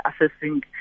assessing